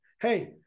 Hey